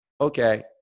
Okay